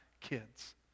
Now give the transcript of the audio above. kids